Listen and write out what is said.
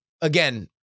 Again